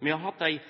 Vi har hatt ei